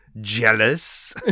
jealous